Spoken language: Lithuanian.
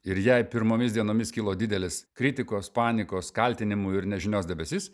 ir jei pirmomis dienomis kilo didelis kritikos panikos kaltinimų ir nežinios debesis